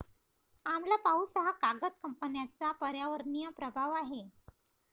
आम्ल पाऊस हा कागद कंपन्यांचा पर्यावरणीय प्रभाव आहे